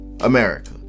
America